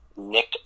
Nick